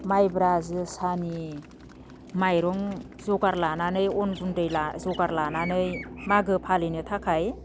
माइब्रा जोसानि माइरं जगार लानानै अन गुन्दै जगार लानानै मागो फालिनो थाखाय